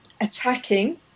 attacking